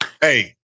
hey